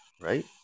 Right